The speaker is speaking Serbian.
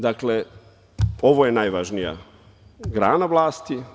Dakle, ovo je najvažnija grana vlasti.